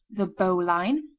the bowline,